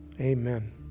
Amen